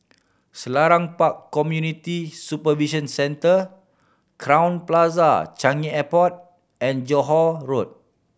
Selarang Park Community Supervision Centre Crowne Plaza Changi Airport and Johore Road